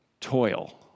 toil